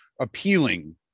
appealing